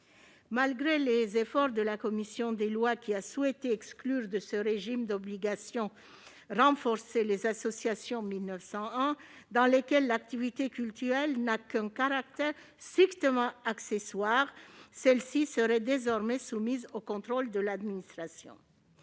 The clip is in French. Malgré les efforts de la commission des lois, qui a souhaité exclure de ce régime d'obligations renforcées les associations 1901 dans lesquelles l'activité cultuelle n'a qu'un caractère strictement accessoire, celles-ci seraient désormais soumises au contrôle de l'administration.